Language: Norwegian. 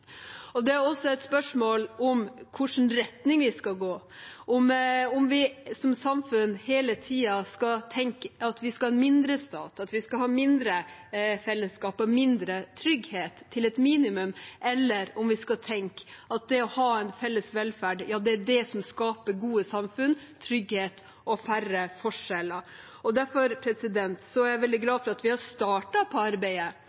retning vi skal gå, om vi som samfunn hele tiden skal tenke at vi skal ha mindre stat, at vi skal ha mindre fellesskap og mindre trygghet – til et minimum, eller om vi skal tenke at det å ha en felles velferd er det som skaper gode samfunn, trygghet og mindre forskjeller. Derfor er jeg veldig glad for at vi har startet arbeidet